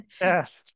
Yes